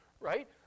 Right